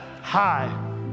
Hi